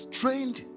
trained